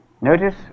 Notice